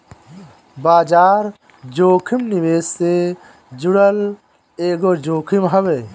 बाजार जोखिम निवेश से जुड़ल एगो जोखिम हवे